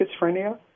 schizophrenia